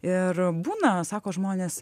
ir būna sako žmonės